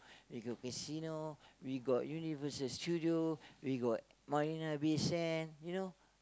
we got casino we got Universal-Studio we got Marina-Bay-Sand